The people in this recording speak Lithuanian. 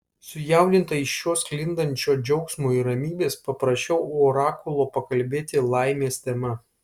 sujaudinta iš jo sklindančio džiaugsmo ir ramybės paprašiau orakulo pakalbėti laimės tema